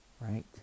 Right